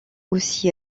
aussi